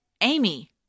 Amy